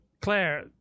claire